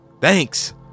Thanks